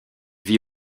vit